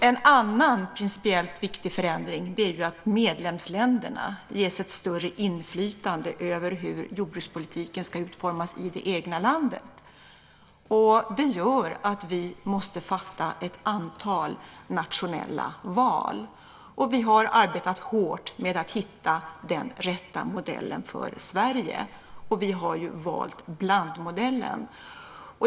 En annan principiellt viktig förändring är ju att medlemsländerna ges ett större inflytande över hur jordbrukspolitiken ska utformas i det egna landet. Det gör att vi måste göra ett antal nationella val. Vi har arbetat hårt med att hitta den rätta modellen för Sverige. Vi har valt blandmodellen.